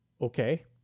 Okay